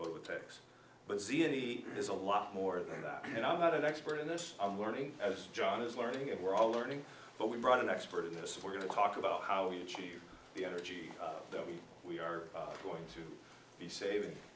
of the tax but see any there's a lot more than that and i'm not an expert in this i'm learning as john is learning and we're all learning but we brought an expert in this we're going to talk about how we achieve the energy that we are going to be saving